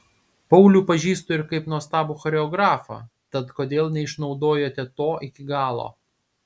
paulių pažįstu ir kaip nuostabų choreografą tad kodėl neišnaudojote to iki galo